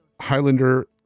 Highlander